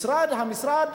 המשרד